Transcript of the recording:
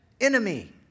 enemy